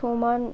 প্রমাণ